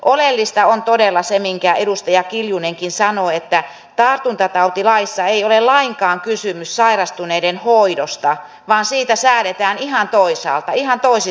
oleellista on todella se minkä edustaja kiljunenkin sanoi että tartuntatautilaissa ei ole lainkaan kysymys sairastuneiden hoidosta vaan siitä säädetään ihan toisaalla ihan toisissa laeissa